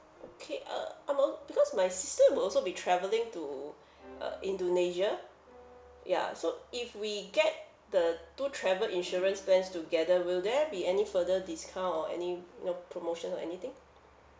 okay uh I'm on because my sister will also be travelling to uh indonesia ya so if we get the two travel insurance plans together will there be any further discount or any you know promotions or anything